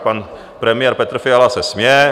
Pan premiér Petr Fiala se směje.